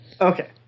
okay